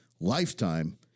lifetime